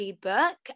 book